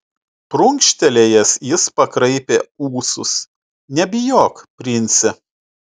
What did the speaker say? prunkštelėjęs jis pakraipė ūsus nebijok prince